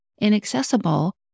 inaccessible